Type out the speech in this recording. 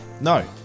No